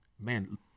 man